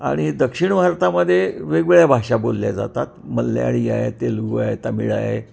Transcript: आणि दक्षिण भारतामध्ये वेगवेगळ्या भाषा बोलल्या जातात मल्याळी आहे तेलगू आहे तामिळ आहे